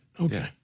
Okay